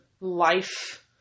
life